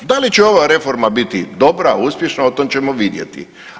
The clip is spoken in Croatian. Da li će ova reforma biti dobra, uspješna o tome ćemo vidjeti.